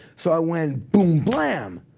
so i went, boom, blam,